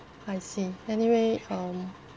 I see anyway um